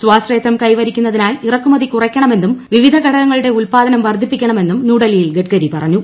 സ്വാശ്രയത്വം കൈവരിക്കുന്നതിനായി ഇറക്കുമതി കുറയ്ക്കണമെന്നും വിവിധ ഘടകങ്ങളുടെ ഉൽപാദനം വർധിപ്പിക്കണമെന്നും ന്യൂഡൽഹിയിൽ ഗഡ്കരി പറഞ്ഞു